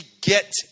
get